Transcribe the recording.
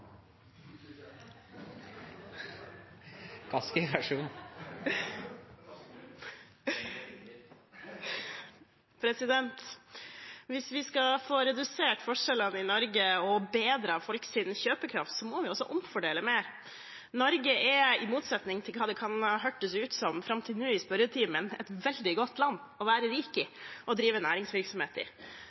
Hvis vi skal få redusert forskjellene i Norge og bedret folks kjøpekraft, må vi også omfordele mer. Norge er – i motsetning til hva det kan ha hørt ut som i spørretimen fram til nå – et veldig godt land å være rik i og drive næringsvirksomhet i.